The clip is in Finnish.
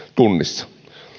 tunnissa